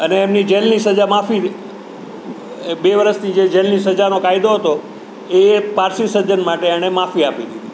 અને એમની જેલની સજા માફી એ બે વરસની જે જેલની સજાનો કાયદો હતો એ પારસી સજ્જન માટે એણે માફી આપી દીધી